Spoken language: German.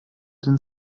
den